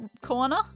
corner